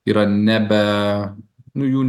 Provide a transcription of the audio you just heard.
yra nebe nu jų